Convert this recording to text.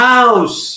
House